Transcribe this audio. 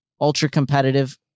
ultra-competitive